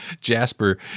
Jasper